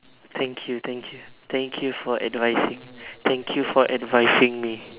thank you thank you thank you for advising thank you for advising me